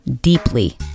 deeply